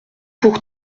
pour